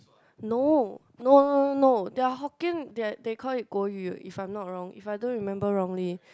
no no no no no their Hokkien their they call it 国语 if I'm not wrong if I don't remember it wrongly